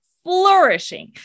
Flourishing